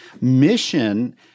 mission